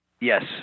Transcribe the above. Yes